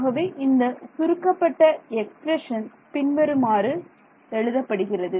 ஆகவே இந்த சுருக்கப்பட்ட எக்ஸ்பிரஷன் பின்வருமாறு எழுதப்படுகிறது